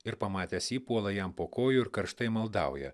ir pamatęs jį puola jam po kojų ir karštai maldauja